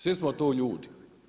Svi smo tu ljudi.